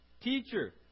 Teacher